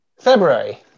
February